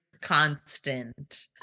constant